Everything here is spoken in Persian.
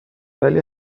ولی